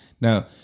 Now